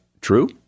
true